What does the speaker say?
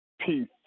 Peace